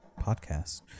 podcast